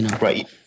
Right